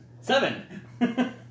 Seven